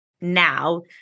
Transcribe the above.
now